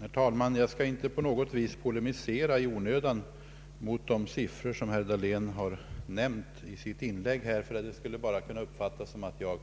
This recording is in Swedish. Herr talman! Jag skall inte på något vis polemisera i onödan mot de siffror som herr Dahlén nämnde i sitt inlägg, ty det skulle kunna uppfattas som att jag